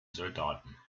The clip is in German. soldaten